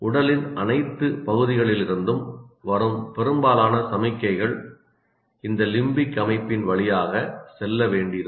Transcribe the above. உடலின் அனைத்து பகுதிகளிலிருந்தும் வரும் பெரும்பாலான சமிக்ஞைகள் இந்த லிம்பிக் அமைப்பின் வழியாக செல்ல வேண்டியிருக்கும்